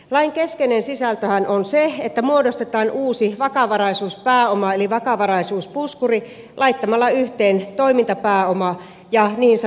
lain keskeinen sisältöhän on se että muodostetaan uusi vakavaraisuuspääoma eli vakavaraisuuspuskuri laittamalla yhteen toimintapääoma ja niin sanottu tasoitusmäärä